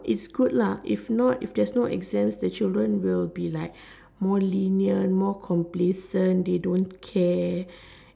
it's good lah if not if there's no exams the children will be like more lenient more complacent they don't care